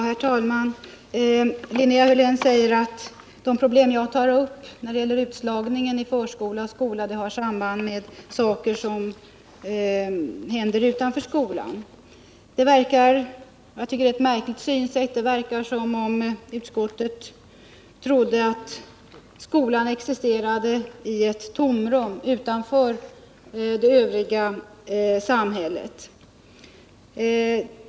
Herr talman! Linnea Hörlén säger att de problem när det gäller utslagningen i förskola och skola som jag tar upp har samband med saker som händer utanför skolan. Jag tycker att det är ett märkligt synsätt — det verkar som om utskottet trodde att skolan existerade i ett tomrum utanför det övriga samhället.